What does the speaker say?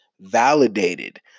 validated